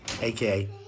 aka